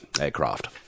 aircraft